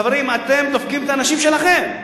חברים, אתם דופקים את האנשים שלכם.